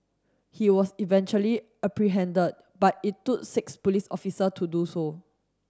he was eventually apprehended but it took six police officer to do so